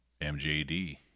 mjd